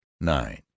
nine